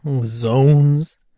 Zones